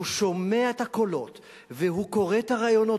הוא שומע את הקולות וקורא את הראיונות